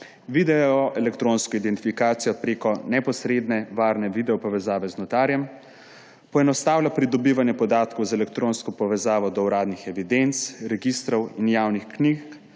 videoelektronsko identifikacijo prek neposredne varne videopovezave z notarjem; poenostavlja pridobivanje podatkov z elektronsko povezavo do uradnih evidenc, registrov in javnih knjig